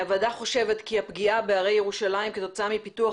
הוועדה חושבת כי הפגיעה בהרי ירושלים כתוצאה מפיתוח